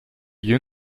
you